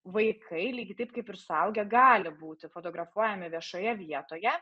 vaikai lygiai taip kaip ir suaugę gali būti fotografuojami viešoje vietoje